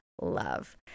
love